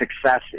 success